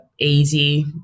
easy